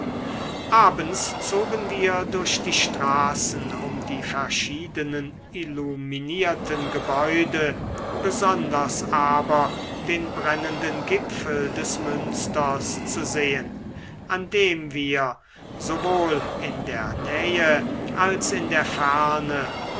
abends zogen wir durch die straßen um die verschiedenen illuminierten gebäude besonders aber den brennenden gipfel des münsters zu sehen an dem wir sowohl in der nähe als in der ferne